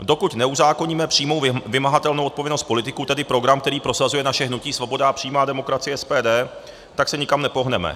Dokud neuzákoníme přímou vymahatelnou odpovědnost politiků, tedy program, který prosazuje naše hnutí Svoboda a přímá demokracie SPD, tak se nikam nepohneme.